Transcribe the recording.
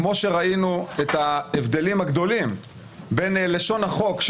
כמו שראינו את ההבדלים הגדולים בין לשון החוק,